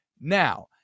Now